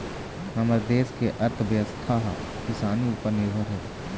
हमर देस के अर्थबेवस्था ह किसानी उपर निरभर हे